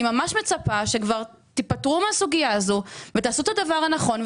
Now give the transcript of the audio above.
אני ממש מצפה שכבר תיפטרו מהסוגייה הזו ותעשה את הדבר הנכון,